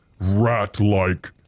rat-like